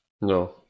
no